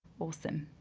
awesome,